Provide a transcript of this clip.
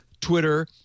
Twitter